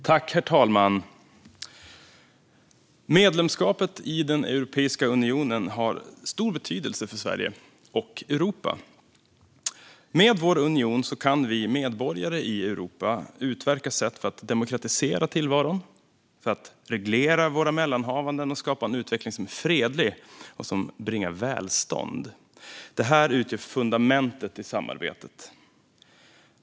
Herr talman! Medlemskapet i Europeiska unionen har stor betydelse för Sverige och Europa. Med vår union kan vi medborgare i Europa utverka sätt för att demokratisera tillvaron, reglera våra mellanhavanden och skapa en utveckling som är fredlig och som bringar välstånd. Det här utgör fundamentet i samarbetet.